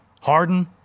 Harden